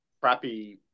crappy